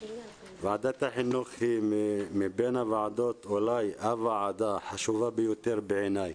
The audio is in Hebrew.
ועדת החינוך היא מבין הוועדות אולי הוועדה החשובה ביותר בעיניי,